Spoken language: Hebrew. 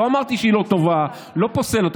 לא אמרתי שהיא לא טובה, לא פוסל אותה.